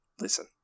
listen